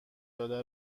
داده